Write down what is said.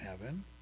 heaven